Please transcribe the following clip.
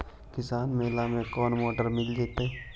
किसान मेला में कोन कोन मोटर मिल जैतै?